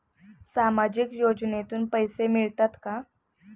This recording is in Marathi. सामाजिक योजनेतून पैसे मिळतात का?